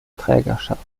trägerschaft